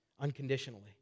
unconditionally